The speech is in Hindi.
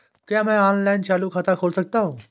क्या मैं ऑनलाइन चालू खाता खोल सकता हूँ?